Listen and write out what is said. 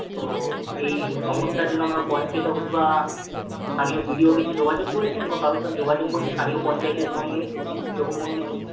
তো এই সমস্যার জন্য আপনার পঞ্চায়েত অফিস বা স্থানীয় বিডিও অফিসে যোগাযোগ করেছেন বা কারও সঙ্গে যোগাযোগ করেছেন স্থানীয় পঞ্চায়েতের সঙ্গে এইরকম কোন কিছু